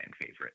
favorite